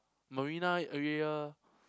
Marina area